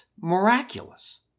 miraculous